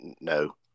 No